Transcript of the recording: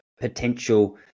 potential